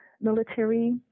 military